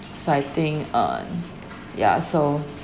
so I think on ya so